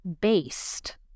based